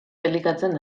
elikatzen